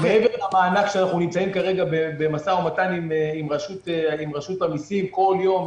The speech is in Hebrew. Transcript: -- מעבר למענק שאנחנו נמצאים כרגע במשא ומתן עם רשות המיסים כל יום,